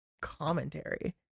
commentary